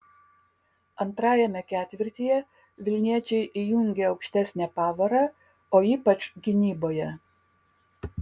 antrajame ketvirtyje vilniečiai įjungė aukštesnę pavarą o ypač gynyboje